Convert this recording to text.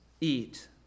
eat